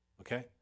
okay